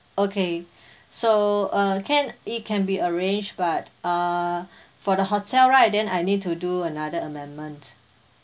okay so uh can it can be arranged but uh for the hotel right then I need to do another amendment